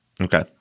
Okay